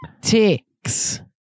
ticks